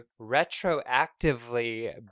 retroactively